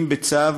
אם בצו